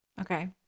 Okay